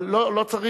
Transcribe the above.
אבל לא צריך.